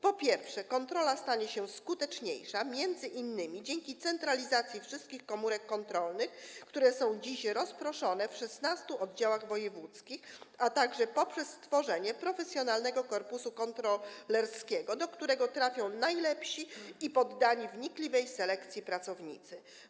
Po pierwsze, kontrola stanie się skuteczniejsza m.in. dzięki centralizacji wszystkich komórek kontrolnych, które są dziś rozproszone w 16 oddziałach wojewódzkich, a także poprzez stworzenie profesjonalnego korpusu kontrolerskiego, do którego trafią najlepsi i poddani wnikliwej selekcji pracownicy.